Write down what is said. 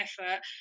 effort